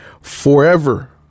forever